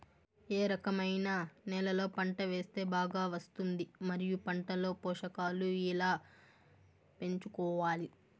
ఏ రకమైన నేలలో పంట వేస్తే బాగా వస్తుంది? మరియు పంట లో పోషకాలు ఎలా పెంచుకోవాలి?